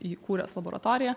įkūręs laboratoriją